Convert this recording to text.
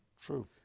True